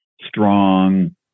strong